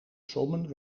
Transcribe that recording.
sommen